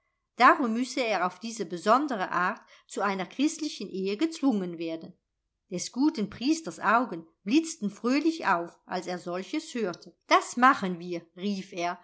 darum müsse er auf diese besondere art zu einer christlichen ehe gezwungen werden des guten priesters augen blitzten fröhlich auf als er solches hörte das machen wir rief er